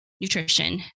nutrition